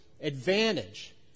Advantage